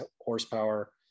horsepower